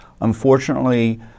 Unfortunately